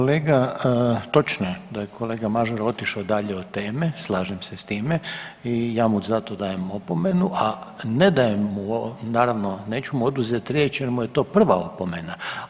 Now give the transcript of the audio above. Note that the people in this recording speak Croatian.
Kolega, točno je da je kolega Mažar otišao dalje od teme, slažem se s time i ja mu za to dajem opomenu, a ne dajem, naravno, neću mu oduzeti riječ jer mu je to prva opomena.